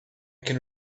can